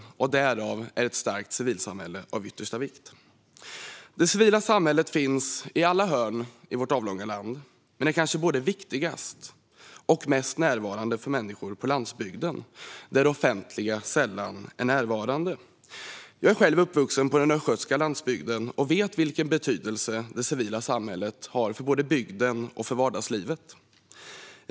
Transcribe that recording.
Därav är ett starkt civilsamhälle av yttersta vikt. Det civila samhället finns i alla hörn i vårt avlånga land, men det är kanske både viktigast och mest närvarande för människor på landsbygden, där det offentliga sällan är närvarande. Jag är uppvuxen på den östgötska landsbygden och vet vilken betydelse det civila samhället har både för bygden och för vardagslivet.